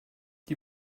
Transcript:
die